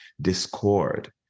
discord